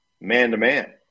man-to-man